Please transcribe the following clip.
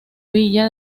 villa